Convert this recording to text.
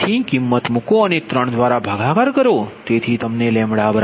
તેથી કિમત મૂકો અને 3 દ્વારા ભાગાકાર કરો